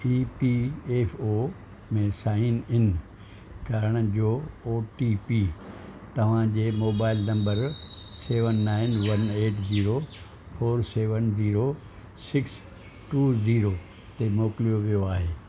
ई P F O में sign in करण जो ओ टी पी तव्हां जे mobile number seven nine one eight zero four seven zero six two zero ते मोकिलियो वियो आहे